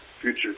future